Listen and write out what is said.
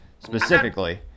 specifically